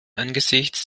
angesichts